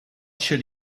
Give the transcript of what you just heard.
should